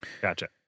Gotcha